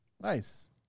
Nice